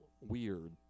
weird